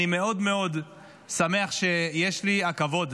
אני מאוד שמח שיש לי הכבוד